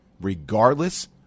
regardless